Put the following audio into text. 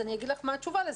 אגיד לך מה התשובה לזה.